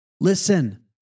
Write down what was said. Listen